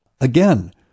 again